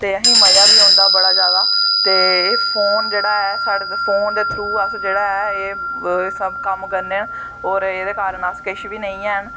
ते असें मज़ा बी औंदा मता जादा ते एह् फोन जेह्ड़ा ऐ साढ़े तांई फोन दे थरू एह् सब कम्म करने न और एह्दे कारण अस किश बी नी हैन